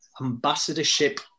Ambassadorship